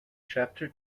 chapter